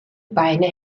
beine